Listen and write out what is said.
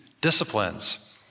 disciplines